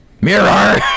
Mirror